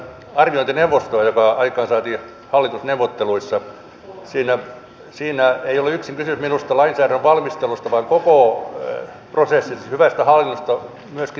mihin faktaan tämä arvio pohjautuu koska niin kuin aikaisemmin sanoin näitä muutoksia budjetin sisällä tehdään koko ajan